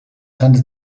handelt